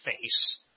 Face